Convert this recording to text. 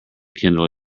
kindle